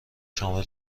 شامل